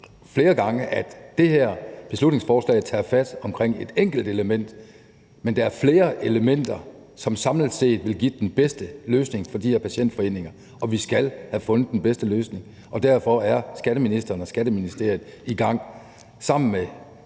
flere gange, at det her beslutningsforslag tager fat omkring et enkelt element, men at der er flere elementer, som samlet set vil give den bedste løsning for de her patientforeninger, og vi skal have fundet den bedste løsning. Og derfor er skatteministeren og Skatteministeriet sammen med